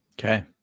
Okay